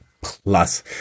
plus